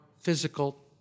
physical